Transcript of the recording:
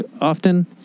often